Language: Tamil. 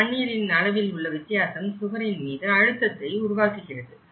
இந்த தண்ணீரின் அளவில் உள்ள வித்தியாசம் சுவரின் மீது அழுத்தத்தை உருவாக்குகிறது